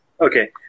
Okay